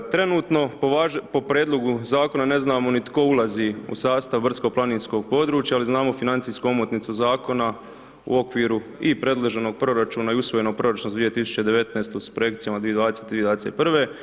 Trenutno po prijedlogu zakona ne znamo ni tko ulazi u sastav brdsko-planinskog područja, ali znamo financijsku omotnicu zakona, u okviru i predloženog proračuna i usvojenog proračuna za 2019. s projekcijama 2020. i 2021.